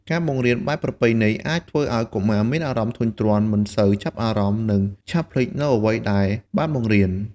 ការបង្រៀនបែបប្រពៃណីអាចធ្វើឲ្យកុមារមានអារម្មណ៍ធុញទ្រាន់ មិនសូវចាប់អារម្មណ៍ និងឆាប់ភ្លេចនូវអ្វីដែលបានបង្រៀន។